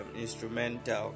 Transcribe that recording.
instrumental